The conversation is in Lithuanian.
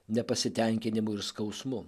nepasitenkinimu ir skausmu